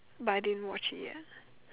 but I didn't watch it yet